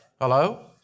Hello